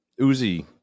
Uzi